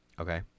okay